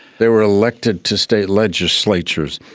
they were elected to state legislatures.